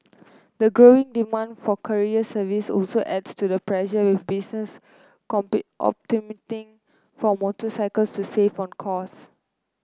the growing demand for courier services also adds to the pressure with businesses for motorcycles to save on costs